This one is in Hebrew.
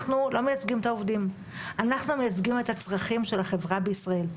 אנחנו מייצגים את הצרכים של החברה בישראל,